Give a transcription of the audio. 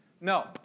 No